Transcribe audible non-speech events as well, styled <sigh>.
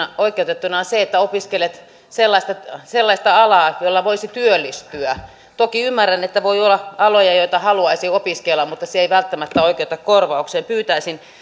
<unintelligible> on se että opiskelet sellaista sellaista alaa jolla voisi työllistyä toki ymmärrän että voi olla aloja joita haluaisi opiskella mutta se ei välttämättä oikeuta korvaukseen pyytäisin